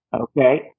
Okay